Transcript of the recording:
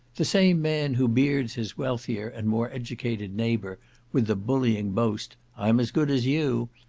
the same man who beards his wealthier and more educated neighbour with the bullying boast, i'm as good as you,